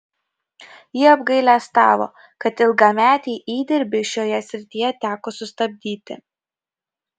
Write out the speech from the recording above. ji apgailestavo kad ilgametį įdirbį šioje srityje teko sustabdyti